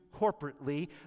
corporately